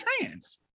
trans